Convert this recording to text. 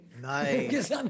Nice